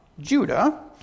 Judah